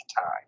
time